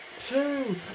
Two